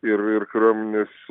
ir ir kariuomenės